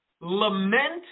lament